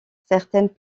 certaines